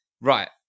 Right